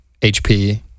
HP